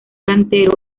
cantero